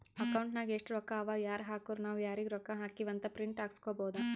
account ನಾಗ್ ಎಸ್ಟ್ ರೊಕ್ಕಾ ಅವಾ ಯಾರ್ ಹಾಕುರು ನಾವ್ ಯಾರಿಗ ರೊಕ್ಕಾ ಹಾಕಿವಿ ಅಂತ್ ಪ್ರಿಂಟ್ ಹಾಕುಸ್ಕೊಬೋದ